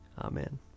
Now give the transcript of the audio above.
Amen